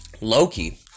Loki